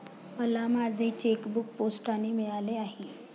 मला माझे चेकबूक पोस्टाने मिळाले आहे